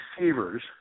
receivers